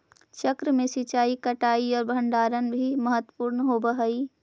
चक्र में सिंचाई, कटाई आउ भण्डारण भी महत्त्वपूर्ण होवऽ हइ